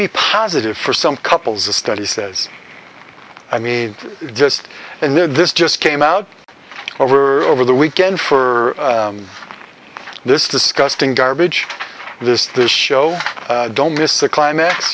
be positive for some couples the study says i mean just and there this just came out over over the weekend for this disgusting garbage this this show don't miss the climax